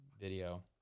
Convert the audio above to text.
video